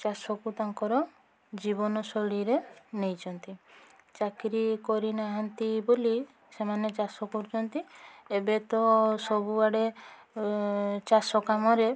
ଚାଷକୁ ତାଙ୍କର ଜୀବନଶୈଳୀରେ ନେଇଛନ୍ତି ଚାକିରି କରି ନାହାନ୍ତି ବୋଲି ସେମାନେ ଚାଷ କରୁଚନ୍ତି ଏବେ ତ ସବୁଆଡ଼େ ଚାଷ କାମରେ